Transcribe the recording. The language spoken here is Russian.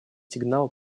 сигнал